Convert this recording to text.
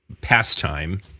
pastime